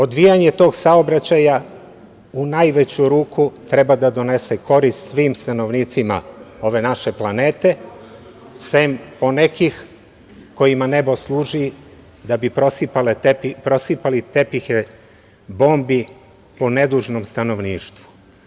Odvijanje tog saobraćaja u najveću ruku treba da donese korist svim stanovnicima ove naše planete, sem ponekih kojima nebo služi da bi prosipali tepihe bombi po nedužnom stanovništvu.